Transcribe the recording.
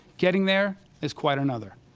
getting there is quite another.